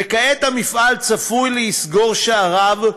וכעת המפעל צפוי לסגור את שעריו,